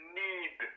need